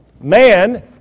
man